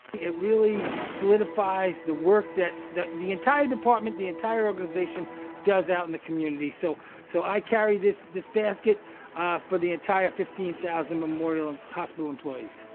it really solidifies the work that the the entire department, the entire organization does out in the community so so i carry this this basket, ah for the entire fifteen thousand memorial and hospital employees.